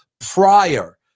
prior